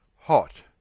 hot